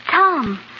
Tom